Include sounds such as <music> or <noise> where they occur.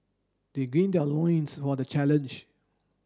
they <unintelligible> their loins for the challenge